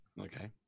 Okay